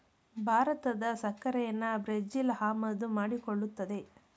ಭಾರತದ ಸಕ್ಕರೆನಾ ಬ್ರೆಜಿಲ್ ಆಮದು ಮಾಡಿಕೊಳ್ಳುತ್ತದೆ